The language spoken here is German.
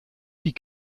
die